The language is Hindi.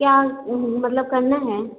क्या मतलब करना है